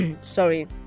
sorry